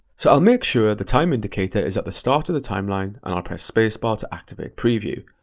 so i'll make sure the time indicator is at the start of the timeline and i'll press space bar to activate preview.